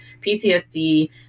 PTSD